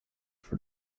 for